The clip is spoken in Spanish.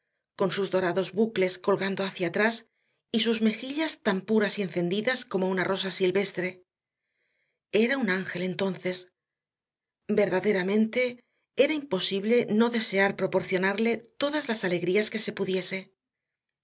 con sus dorados bucles colgando hada atrás y sus mejillas tan puras y encendidas como una rosa silvestre era un ángel entonces verdaderamente era imposible no desear proporcionarle todas las alegrías que se pudiese